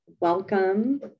welcome